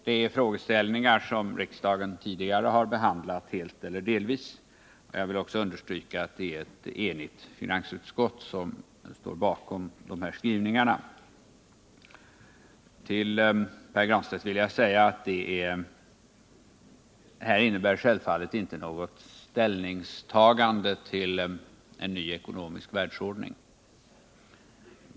Det är frågeställningar som riksdagen tidigare helt eller delvis har behandlat. Jag vill också understryka att det är ett enigt Till Pär Granstedt vill jag säga att betänkandet självfallet inte innebär något ställningstagande till en ny ekonomisk världsordning.